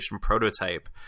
prototype